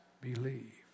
believe